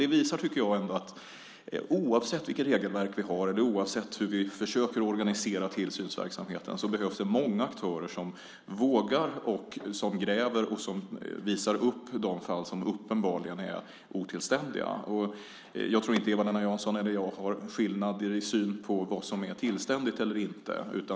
Det visar att oavsett vilket regelverk vi har, oavsett hur vi försöker organisera tillsynsverksamheten, behövs det många aktörer som vågar gräva och visa upp de fall som uppenbarligen är otillständiga. Jag tror inte att Eva-Lena Jansson eller jag har någon skiljaktig syn på vad som är tillständigt eller inte.